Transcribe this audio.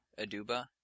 Aduba